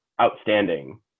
outstanding